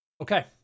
Okay